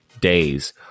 days